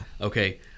Okay